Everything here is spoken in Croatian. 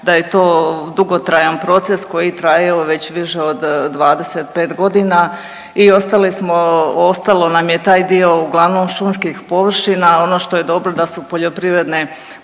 da je to dugotrajan proces koji traje, evo, već više od 25 godina i ostali smo, ostalo nam je taj dio uglavnom šumskih površina. Ono što je dobro, da su poljoprivredne